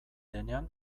denean